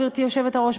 גברתי היושבת-ראש,